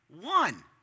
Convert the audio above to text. One